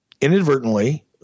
inadvertently